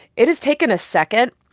it has taken a second.